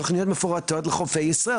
תוכניות מפורטות לחופי ישראל.